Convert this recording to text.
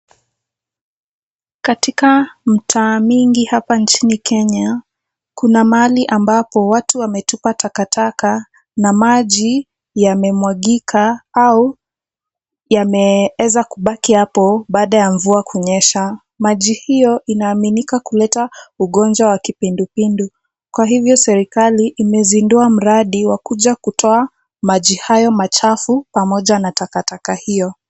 Katika mtaa mingi hapa nchini Kenya, kuna mahali ambapo watu wametupa takataka na maji yamemwagika au yameweza kubaki hapo baada ya mvua kunyesha. Maji hiyo inaaminika kuleta ugonjwa wa kipindupindu. Kwa hivyo serikali imezindua mradi wa kuja kutoa maji hayo machafu pamoja na takataka hiyo.